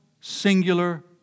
singular